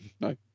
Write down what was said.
No